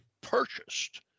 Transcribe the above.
purchased